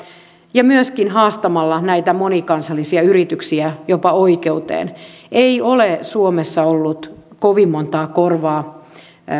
ja myös haastamalla näitä monikansallisia yrityksiä jopa oikeuteen ei ole suomessa ollut kovin montaa korvaa